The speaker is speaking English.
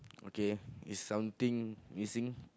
okay is something using